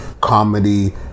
comedy